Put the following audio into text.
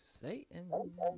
Satan